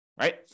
right